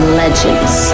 legends